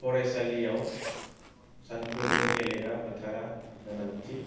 फराइसालियाव सानफ्रोमबो गेलेग्रा फोथारा गोनांथि